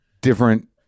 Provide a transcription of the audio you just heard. different